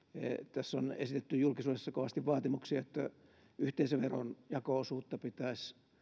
tässä on esitetty julkisuudessa kovasti vaatimuksia että yhteisöveron jako osuutta pitäisi